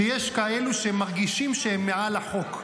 שיש כאלו שהם מרגישים שהם מעל החוק.